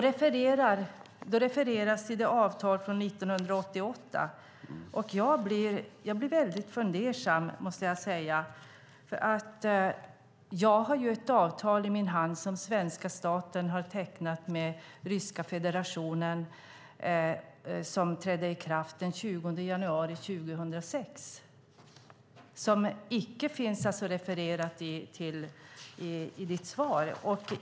Det refereras till ett avtal från 1988, och jag blir väldigt fundersam, måste jag säga, för jag har ett avtal i min hand som svenska staten har tecknat med Ryska federationen och som trädde i kraft den 20 januari 2006. Det finns icke refererat till i ministerns svar.